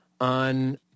on